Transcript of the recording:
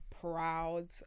proud